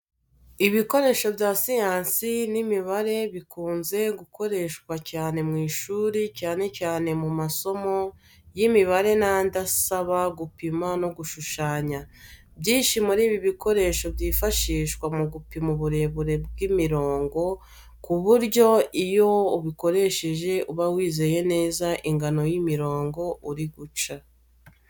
Ibikoresho bya siyansi n'imibare bikunze gukoreshwa cyane mu ishuri cyane cyane mu masomo ya imibare n’andi asaba gupima no gushushanya. Byinshi muri ibi bikoresho byifashishwa mu gupima uburebure bw'imirongo kuburyo iyo ubikoresheje uba wizeye neza ingano y'imirongo uri guca.